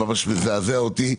ממש מזעזע אותי.